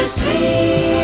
see